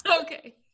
okay